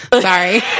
Sorry